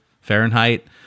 Fahrenheit